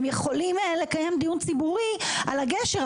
הם יכולים לקיים דיון ציבורי על הגשר,